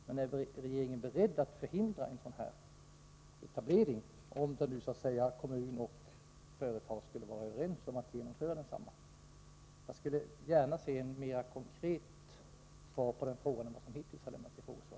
Men är regeringen beredd att förhindra etablering av en kolbaserad värmeanläggning, om kommun och företag skulle vara eniga om att starta anläggningen? Jag skulle gärna vilja ha ett mera konkret besked härvidlag än vad som lämnats i frågesvaret.